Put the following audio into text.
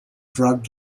drug